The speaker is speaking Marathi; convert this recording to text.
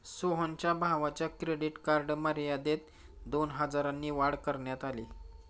सोहनच्या भावाच्या क्रेडिट कार्ड मर्यादेत दोन हजारांनी वाढ करण्यात आली